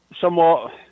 Somewhat